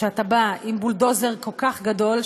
כשאתה בא עם בולדוזר כל כך גדול,